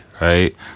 Right